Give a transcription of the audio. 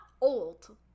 old